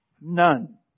None